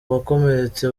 bakomeretse